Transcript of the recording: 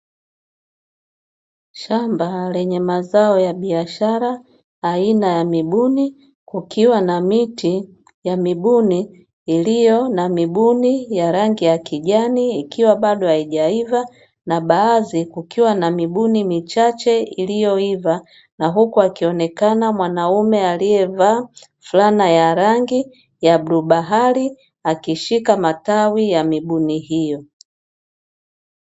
Shamba lenye mazao ya biashara aina ya mibuni kukiwa na miti ya mibuni, iliyo na mibuni ya rangi ya kijani ikiwa bado haijaiva na baadhi kukiwa na mibuni michache iliyoiva, na huku akionekana mwanaume aliyevaa fulana ya rangi ya bluu bahari akishika matawi ya mibuni hiyo.